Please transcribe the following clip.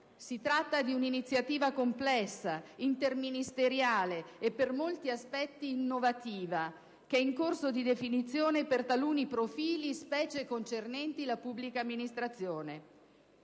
Si tratta di un'iniziativa interministeriale complessa e per molti aspetti innovativa che è in corso di definizione per taluni profili, specie concernenti la pubblica amministrazione.